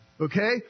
Okay